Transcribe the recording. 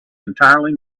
entirely